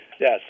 yes